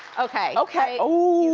okay. okay, oh.